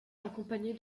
accompagnée